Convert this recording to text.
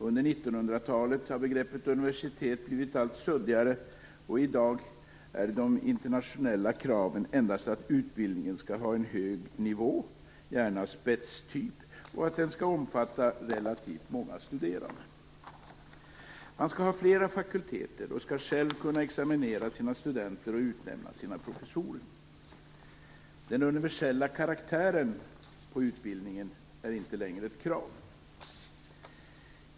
Under 1900-talet har begreppet universitet blivit allt suddigare, och i dag är de internationella kraven endast att utbildningen skall ha en hög nivå, gärna vara av spetstyp och omfatta relativt många studerande. Universiteten skall ha flera fakulteter och själva kunna examinera sina studenter och utnämna sina professorer. Den universella karaktären på utbildningen är inte längre ett krav.